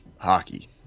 Hockey